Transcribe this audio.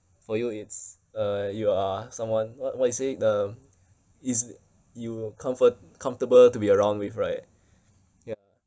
for you it's uh you are someone what what you say the eas~ you comfort~ comfortable to be around with right ya